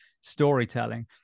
storytelling